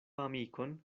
amikon